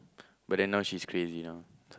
but then now she's crazy now